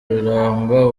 ruramba